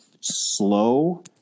slow